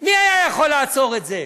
מי היה יכול לעצור את זה?